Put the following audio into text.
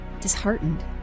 disheartened